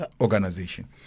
organization